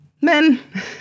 men